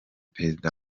perezida